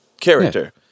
character